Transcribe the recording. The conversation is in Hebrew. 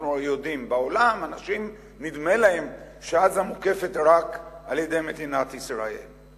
אנחנו הרי יודעים שבעולם לאנשים נדמה שעזה מוקפת רק על-ידי מדינת ישראל.